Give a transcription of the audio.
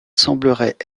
semblerait